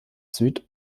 süd